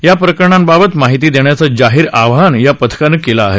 या प्रकरणांबाबत माहिती देण्याचं जाहीर आवाहन या पथकानं केलं आहे